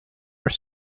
are